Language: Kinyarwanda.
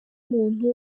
muntu